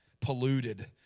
polluted